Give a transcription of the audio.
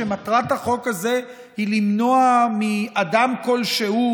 שמטרת החוק הזה היא למנוע מאדם כלשהו